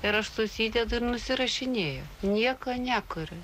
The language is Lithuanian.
ir aš susidedu ir nusirašinėju nieko niekur